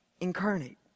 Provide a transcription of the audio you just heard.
Incarnate